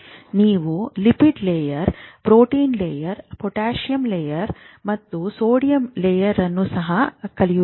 ನೀವು lipid layer protein layer potassium channel sodium channel ಅನ್ನು ಸಹ ಕಲಿಯುವಿರಿ